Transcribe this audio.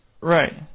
Right